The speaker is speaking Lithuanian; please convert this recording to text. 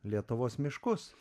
lietuvos miškus